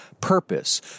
purpose